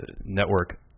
network